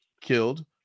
killed